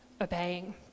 obeying